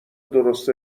درست